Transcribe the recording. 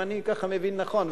אם אני ככה מבין נכון.